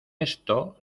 esto